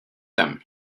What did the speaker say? them